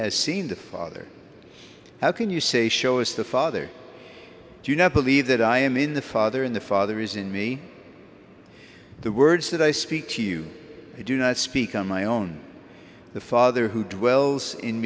has seen the father how can you say show us the father do you not believe that i am in the father in the father is in me the words that i speak to you i do not speak on my own the father who dwells in